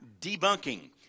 debunking